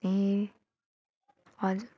ए हजुर